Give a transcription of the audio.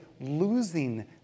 losing